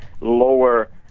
lower